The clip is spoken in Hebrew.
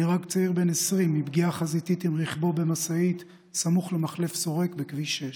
נהרג צעיר בן 20 מפגיעה חזיתית עם רכבו במשאית סמוך למחלף שורק בכביש 6,